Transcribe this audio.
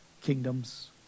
kingdoms